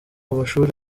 amashuri